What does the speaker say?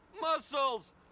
muscles